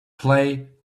play